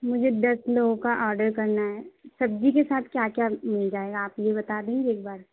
مجھے دس لوگوں کا آرڈر کرنا ہے سبزی کے ساتھ کیا کیا مل جائے گا آپ یہ بتا دیں گے ایک بار